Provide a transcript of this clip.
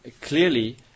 clearly